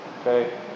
Okay